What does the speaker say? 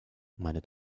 meine